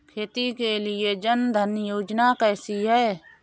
खेती के लिए जन धन योजना कैसी है?